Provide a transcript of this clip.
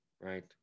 right